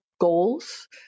goals